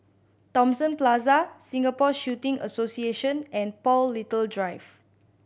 Thomson Plaza Singapore Shooting Association and Paul Little Drive